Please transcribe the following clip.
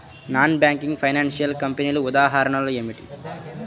Non banking financial కంపెనీల ఉదాహరణలు ఏమిటి?